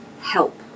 help